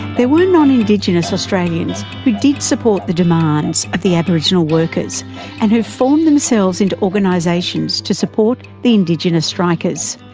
there were non-indigenous australians who did support the demands of the aboriginal workers and who formed themselves into organisations to support the indigenous strikers.